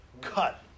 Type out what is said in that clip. cut